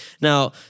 Now